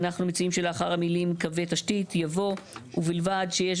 אנחנו מציעים שלאחר המילים "קווי תשתית" יבוא "ובלבד שיש